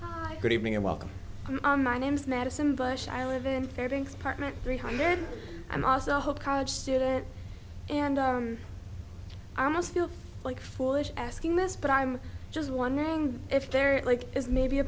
well good evening and welcome on my name's madison bush i live in fairbanks partment three hundred i'm also hope college student and i almost feel like foolish asking this but i'm just wondering if they're like is maybe a